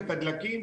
את הדלקים,